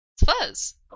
fuzz